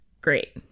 great